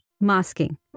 Masking